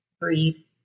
breed